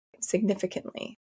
significantly